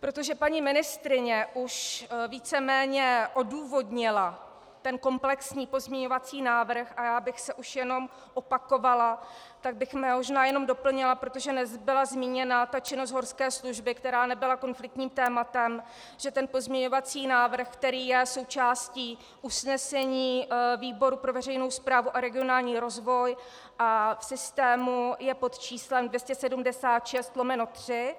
Protože paní ministryně už víceméně odůvodnila ten komplexní pozměňovací návrh a já bych se už jenom opakovala, tak bych možná jenom doplnila, protože nebyla zmíněna ta činnost horské služby, která nebyla konfliktním tématem, že pozměňovací návrh, který je součástí usnesení výboru pro veřejnou správu a regionální rozvoj a v systému je pod číslem 276/3,